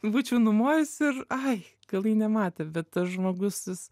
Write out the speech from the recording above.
būčiau numojus ir ai galai nematė bet tas žmogus jis